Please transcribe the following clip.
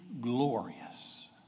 glorious